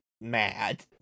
mad